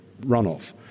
runoff